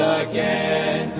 again